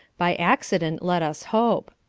by accident, let us hope.